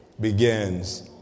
begins